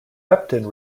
repton